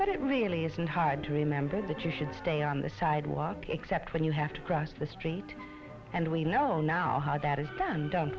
but it really isn't hard to remember that you should stay on the sidewalk except when you have to cross the street and we know now that is done d